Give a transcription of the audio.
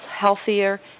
healthier